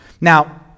Now